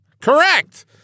Correct